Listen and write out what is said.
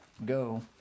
go